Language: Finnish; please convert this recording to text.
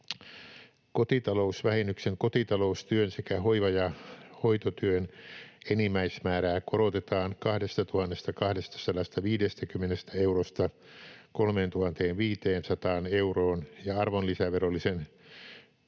Kotitalousvähennyksen kotitaloustyön sekä hoiva- ja hoitotyön enimmäismäärää korotetaan 2 250 eurosta 3 500 euroon ja arvonlisäverollisen